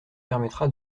permettra